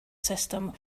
system